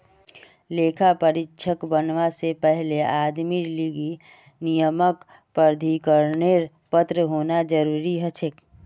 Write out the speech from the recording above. लेखा परीक्षक बनवा से पहले आदमीर लीगी नियामक प्राधिकरनेर पत्र होना जरूरी हछेक